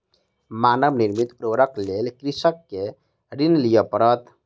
मानव निर्मित उर्वरकक लेल कृषक के ऋण लिअ पड़ल